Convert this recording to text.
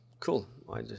Cool